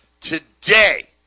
Today